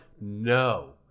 no